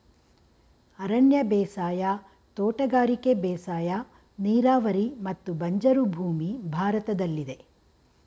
ಅರಣ್ಯ ಬೇಸಾಯ, ತೋಟಗಾರಿಕೆ ಬೇಸಾಯ, ನೀರಾವರಿ ಮತ್ತು ಬಂಜರು ಭೂಮಿ ಭಾರತದಲ್ಲಿದೆ